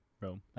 rome